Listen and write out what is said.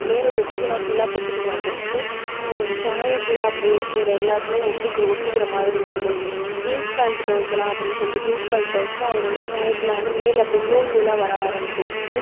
மேலே உள்ள ஜிகினா ஃபுல்லாக பிச்சுக்கிட்டு வந்துருச்சு சாயோம் ஃபுல்லாக அப்படியே எ எல்லாத்துலியும் ஒட்டிக்கிற ஒட்டிக்கிற மாதிரி வருது ஜீன்ஸ் பேண்ட் துவைக்கலாம் அப்படினு சொல்லி ஜீன்ஸ் பேண்ட் துவைச்சா அதில் உள்ள சாயம் ஃபுல்லாக வந்து மேலே அப்படியே நூல் நூலாக வர ஆரமிச்சிருச்சு